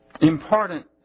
important